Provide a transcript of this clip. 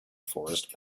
forest